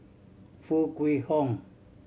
Foo Kwee Horng